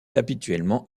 habituellement